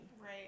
Right